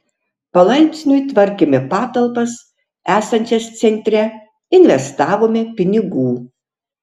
palaipsniui tvarkėme patalpas esančias centre investavome pinigų